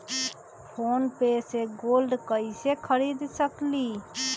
Phone पे से gold कईसे खरीद सकीले?